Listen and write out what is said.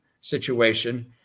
situation